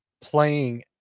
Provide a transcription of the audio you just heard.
playing